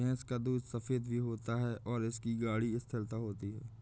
भैंस का दूध सफेद भी होता है और इसकी गाढ़ी स्थिरता होती है